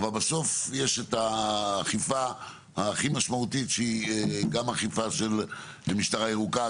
אבל בסוף יש את האכיפה הכי משמעותית שהיא גם אכיפה של משטרה ירוקה,